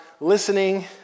listening